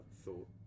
thought